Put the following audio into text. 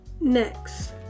Next